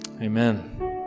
Amen